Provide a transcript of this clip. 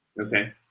Okay